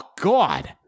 God